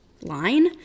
line